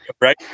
right